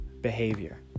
behavior